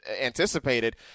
Anticipated